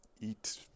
eat